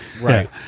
Right